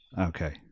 Okay